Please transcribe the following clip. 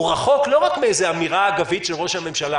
הוא רחוק לא רק מאיזו אמירה אגבית של ראש-הממשלה,